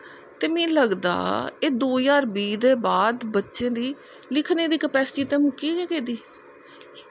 ते मीं लगदा एह् दो ज्हार बीह् दे बीद बच्चें दी लिखनें दा कपैस्टी तां मुक्की गै गेदी